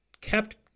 kept